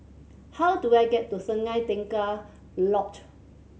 how do I get to Sungei Tengah Lodge